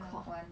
ya